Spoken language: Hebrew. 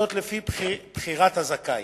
וזאת לפי בחירת הזכאי.